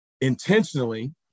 intentionally